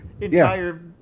entire